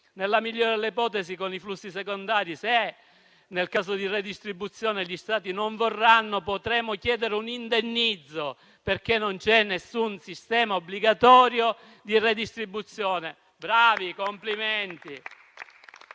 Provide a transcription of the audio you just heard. Nella migliore delle ipotesi, con i flussi secondari, se, nel caso di redistribuzione, gli Stati non vorranno, potremo chiedere un indennizzo, dal momento che non c'è alcun sistema obbligatorio di redistribuzione. Bravi! Complimenti!